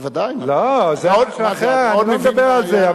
בוודאי, לא, זה משהו אחר, אני לא מדבר על זה.